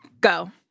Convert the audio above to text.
go